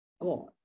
God